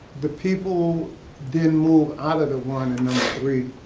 the people did move out of the one in number three.